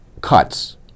cuts